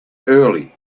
early